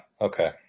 okay